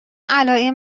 علائم